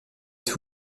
êtes